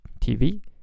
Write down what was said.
TV